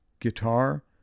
guitar